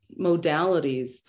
modalities